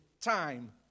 time